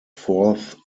fourth